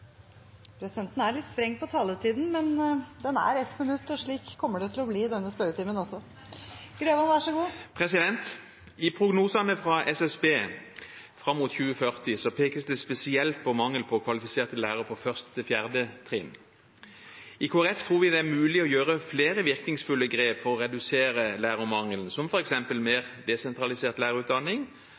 litt streng på taletiden, men den er 1 minutt, og slik kommer det til å bli i denne spørretimen også. I prognosene fra SSB fram mot 2040 pekes det spesielt på mangel på kvalifiserte lærere på 1.–4. trinn. I Kristelig Folkeparti tror vi det er mulig å ta flere virkningsfulle grep for å redusere lærermangelen, som f.eks. mer desentralisert lærerutdanning